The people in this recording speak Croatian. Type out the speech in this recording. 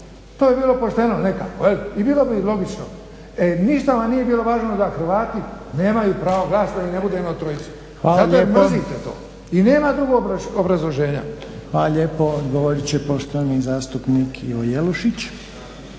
To bi bilo pošteno nekako jel' i bilo bi logično. E ništa vam nije bilo važno da Hrvati nemaju pravo glasa i ne bude … zato jer mrzite to. I nema drugog obrazloženja. **Reiner, Željko (HDZ)** Hvala lijepo. Odgovorit će poštovani zastupnik Ivo Jelušić.